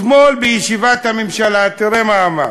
אתמול בישיבת הממשלה, תראה מה אמר,